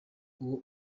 uwo